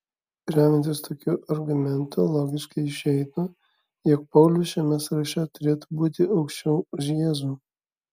remiantis tokiu argumentu logiškai išeitų jog paulius šiame sąraše turėtų būti aukščiau už jėzų